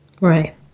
Right